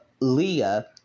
Leah